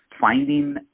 finding